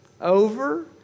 over